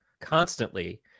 constantly